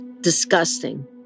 disgusting